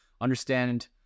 Understand